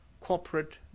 corporate